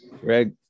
Greg